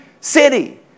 city